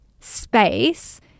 space